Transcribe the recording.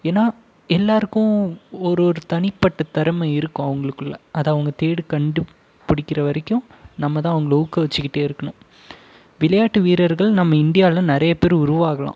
ஏன்னால் எல்லாருக்கும் ஒரு ஒரு தனிப்பட்ட திறம இருக்கும் அவங்களுக்குள்ள அதை அவங்க தேடிக்கண்டுப்பிடிக்கிற வரைக்கும் நம்மதான் அவங்களை ஊக்குவிச்சுக்கிட்டே இருக்கணும் விளையாட்டு வீரர்கள் நம்ம இந்தியாவில் நிறையா பேர் உருவாகலாம்